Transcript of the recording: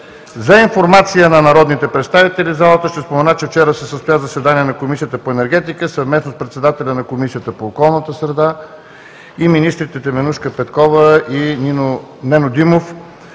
За информация на народните представители в залата ще спомена, че вчера се състоя заседание на Комисията по енергетика съвместно с председателя на Комисията по околната среда и министрите Теменужка Петкова и Нено Димов,